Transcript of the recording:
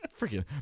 Freaking